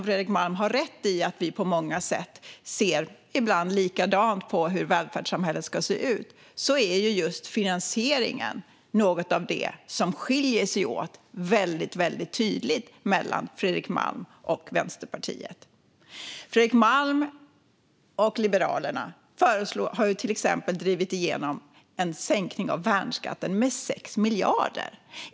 Fredrik Malm har rätt i att vi på många sätt ibland ser likadant på hur välfärdssamhället ska se ut, men just finansieringen är något av det som skiljer sig väldigt tydligt åt mellan Fredrik Malm och Vänsterpartiet. Fredrik Malm och Liberalerna har till exempel drivit igenom en sänkning av värnskatten med 6 miljarder.